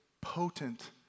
potent